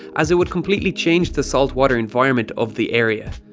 as it would completely change the saltwater environment of the area.